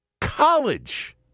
College